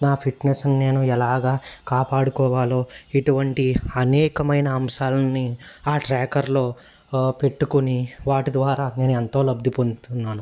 నా ఫిట్నెస్ని నేను ఎలాగా కాపాడుకోవాలో ఇటువంటి అనేకమైన అంశాలని ఆ ట్రాకర్లో పెట్టుకుని వాటి ద్వారా నేను ఎంతో లబ్ధి పొందుతున్నాను